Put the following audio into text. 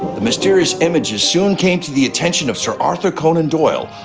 the mysterious images soon came to the attention of sir arthur conan doyle,